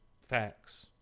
facts